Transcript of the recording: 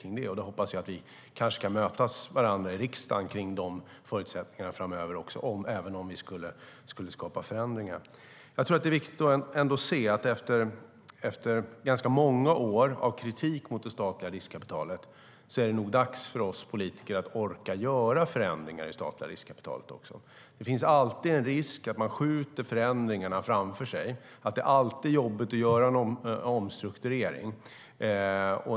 Jag hoppas att vi kan möta varandra i riksdagen om dessa förutsättningar framöver, även om vi skulle skapa förändringar. Efter ganska många år av kritik mot det statliga riskkapitalet är det nog dags för oss politiker att orka göra förändringar i det statliga riskkapitalet. Det finns alltid en risk att man skjuter förändringar framför sig. Det är alltid jobbigt att göra en omstrukturering.